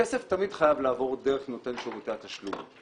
הכסף תמיד חייב לעבור דרך נותן שירותי התשלום.